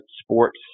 sports